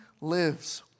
lives